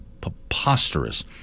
preposterous